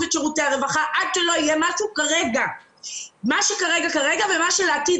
את שרותי הרווחה עד שלא יהיה משהו כרגע ומשהו לעתיד